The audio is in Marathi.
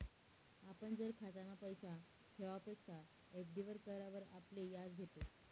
आपण जर खातामा पैसा ठेवापक्सा एफ.डी करावर आपले याज भेटस